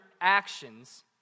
actions